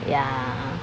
ya